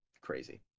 Crazy